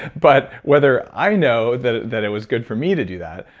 but whether i know that it that it was good for me to do that,